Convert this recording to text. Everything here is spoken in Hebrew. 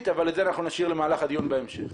אבל את זה אנחנו נשאיר למהלך הדיון בהמשך.